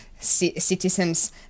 citizens